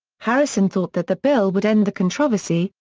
harrison thought that the bill would end the controversy,